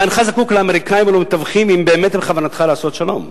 אתה אינך זקוק לאמריקנים או למתווכים אם באמת בכוונתך לעשות שלום.